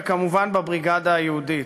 וכמובן בבריגדה היהודית.